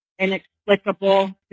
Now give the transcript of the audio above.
inexplicable